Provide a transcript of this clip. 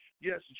yes